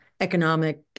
economic